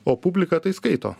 o publika tai skaito